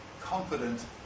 confident